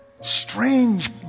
strange